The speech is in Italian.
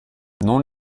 non